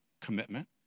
commitment